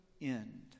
end